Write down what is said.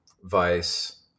Vice